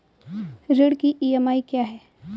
ऋण की ई.एम.आई क्या है?